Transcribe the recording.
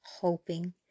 hoping